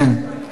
אין.